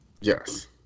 Yes